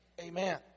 Amen